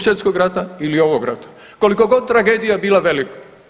Svjetskog rata ili ovog rata koliko god tragedija bila velika.